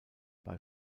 bei